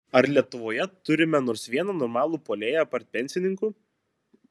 ar lietuvoje turime nors vieną normalų puolėją apart pensininkų